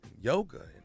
Yoga